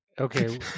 Okay